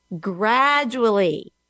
gradually